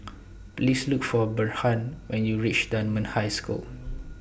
Please Look For Bernhard when YOU REACH Dunman High School